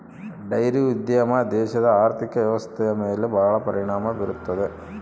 dairy ಉದ್ಯಮ ದೇಶದ ಆರ್ಥಿಕ ವ್ವ್ಯವಸ್ಥೆಯ ಮೇಲೆ ಬಹಳ ಪರಿಣಾಮ ಬೀರುತ್ತದೆ